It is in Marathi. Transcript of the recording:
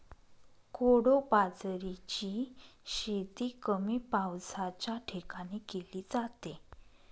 कोडो बाजरीची शेती कमी पावसाच्या ठिकाणी केली जाते